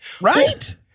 Right